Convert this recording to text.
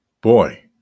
Boy